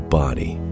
body